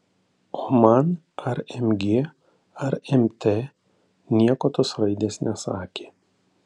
o man ar mg ar mt nieko tos raidės nesakė